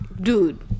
Dude